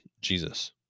Jesus